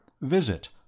visit